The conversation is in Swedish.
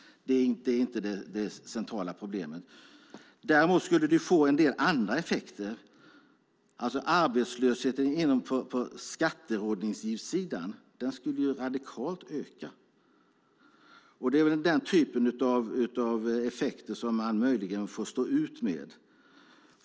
Det är inte det centrala problemet. Däremot skulle det få en del andra effekter. Arbetslösheten på skatterådgivningssidan skulle öka radikalt. Det är väl den typ av effekter som man möjligen får stå ut med.